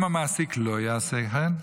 אם המעסיק לא יעשה כן,